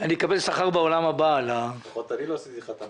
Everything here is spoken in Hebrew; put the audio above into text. של הסדרת הברוקר דילר, שהיא